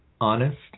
honest